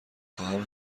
خواهم